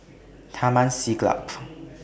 Taman Siglap